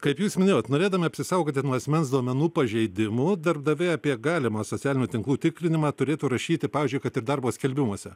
kaip jūs minėjot norėdama apsisaugoti nuo asmens duomenų pažeidimų darbdaviai apie galimą socialinių tinklų tikrinimą turėtų rašyti pavyzdžiui kad ir darbo skelbimuose